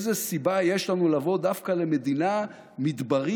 איזו סיבה יש לנו לבוא דווקא למדינה מדברית,